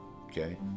okay